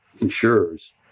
insurers